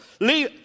Leave